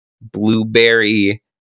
blueberry